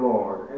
Lord